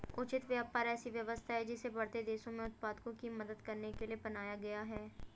उचित व्यापार ऐसी व्यवस्था है जिसे बढ़ते देशों में उत्पादकों की मदद करने के लिए बनाया गया है